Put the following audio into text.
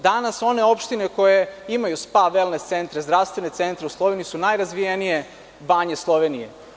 Danas one opštine koje imaju spa, velnes centre, zdravstvene centre su najrazvijenije banje Slovenije.